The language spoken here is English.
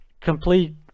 complete